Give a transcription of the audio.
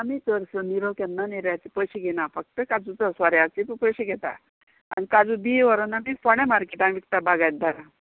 आमी चडसो निरो केन्ना निऱ्याचे पयशे घेना फक्त काजूचो सोऱ्याचे पयशे घेता आनी काजू बिंयो व्हरोन आमी फोण्या मार्केटान विकता बागायतदारा